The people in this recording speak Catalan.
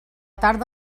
tarda